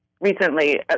recently